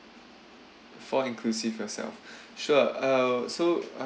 four inclusive yourself sure uh so uh